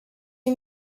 you